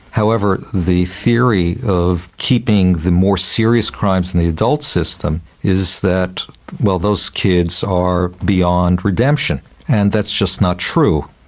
however, the theory of keeping the more serious crimes in the adult system is that well, those kids are beyond redemption and that's just not true.